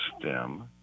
stem